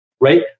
right